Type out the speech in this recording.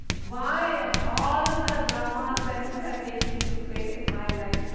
why of all the dramas that could have taken place in my life,